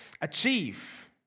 achieve